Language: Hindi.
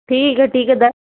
ठीक है ठीक है दस